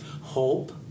Hope